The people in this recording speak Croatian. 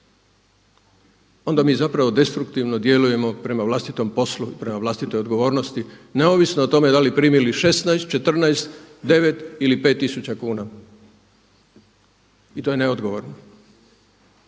onda mi zapravo destruktivno djelujemo prema vlastitom poslu i prema vlastitoj odgovornosti neovisno o tome da li primili 16, 14, 9 ili 5 tisuća kuna. I to je neodgovorno.